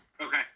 Okay